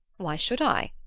why should i?